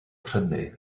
prynu